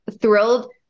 thrilled